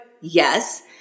Yes